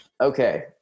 Okay